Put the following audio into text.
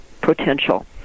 potential